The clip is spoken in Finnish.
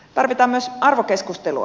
tarvitaan myös arvokeskustelua